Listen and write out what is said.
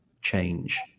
change